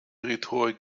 rhetorik